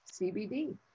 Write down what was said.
CBD